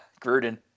Gruden